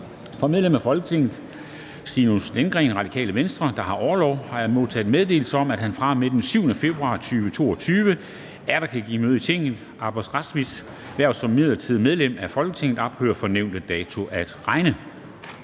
Fra medlem af Folketinget Stinus Lindgreen (RV), der har orlov, har jeg modtaget meddelelse om, at han fra og med den 7. februar 2022 atter kan give møde i Tinget. Abbas Razvis hverv som midlertidigt medlem af Folketinget ophører fra nævnte dato at regne.